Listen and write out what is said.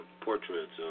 portraits